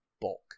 bulk